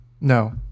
No